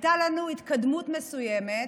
הייתה לנו התקדמות מסוימת.